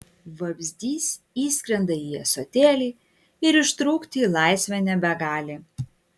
vabzdys įskrenda į ąsotėlį ir ištrūkti į laisvę nebegali